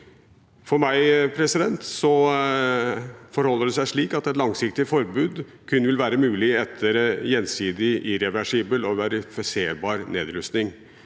For meg forholder det seg slik at et langsiktig forbud kun vil være mulig etter gjensidig irreversibel og verifiserbar nedrustning.